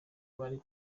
bari